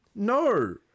No